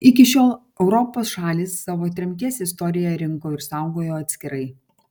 iki šiol europos šalys savo tremties istoriją rinko ir saugojo atskirai